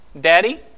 Daddy